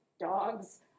dogs